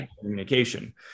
communication